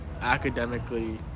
academically